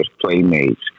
playmates